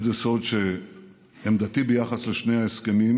אין זה סוד שעמדתי ביחס לשני ההסכמים,